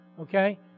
Okay